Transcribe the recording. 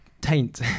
taint